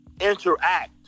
interact